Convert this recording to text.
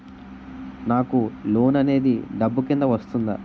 నాకు లోన్ అనేది డబ్బు కిందా వస్తుందా?